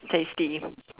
tasty